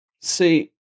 See